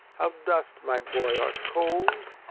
how dost, my boy? art cold?